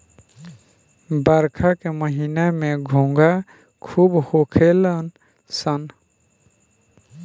बरखा के महिना में घोंघा खूब होखेल सन